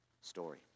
story